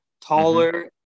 taller